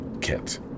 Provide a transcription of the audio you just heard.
Kit